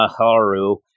Maharu